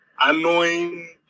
annoying